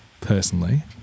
Personally